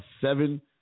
Seven